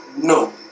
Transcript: No